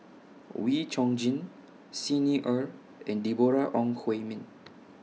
Wee Chong Jin Xi Ni Er and Deborah Ong Hui Min